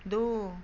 दू